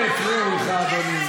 לא הפריעו לך, אדוני.